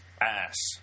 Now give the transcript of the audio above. Ass